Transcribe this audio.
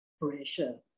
pressure